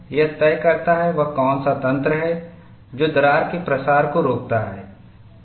यह तय करता है वह कौन सा तंत्र है जो दरार के प्रसार को रोकता है